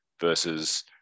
versus